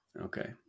Okay